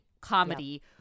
comedy